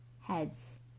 heads